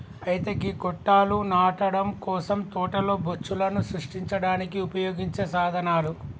అయితే గీ గొట్టాలు నాటడం కోసం తోటలో బొచ్చులను సృష్టించడానికి ఉపయోగించే సాధనాలు